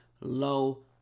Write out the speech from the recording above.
low